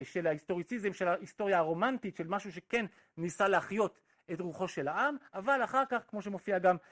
של ההיסטוריציזם, של ההיסטוריה הרומנטית, של משהו שכן ניסה להחיות את רוחו של העם. אבל, אחר כך, כמו שמופיע גם...